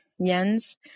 yens